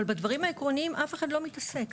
אבל בדברים העקרוניים אף אחד לא מתעסק.